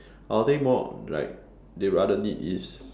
I will think more like they rather need is